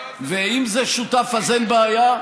ואם זה שותף אז אין בעיה,